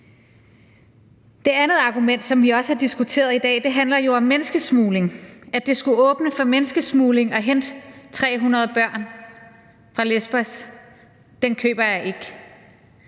Det andet argument, som vi også har diskuteret i dag, handler jo om menneskesmugling. At det skulle åbne for menneskesmugling at hente 300 børn fra Lesbos, køber jeg ikke.